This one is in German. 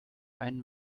einen